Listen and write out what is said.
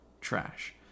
trash